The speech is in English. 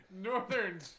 Northern